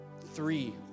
Three